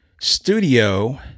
studio